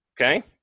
okay